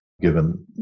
given